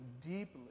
deeply